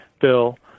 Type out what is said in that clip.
bill